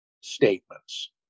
statements